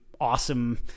awesome